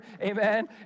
amen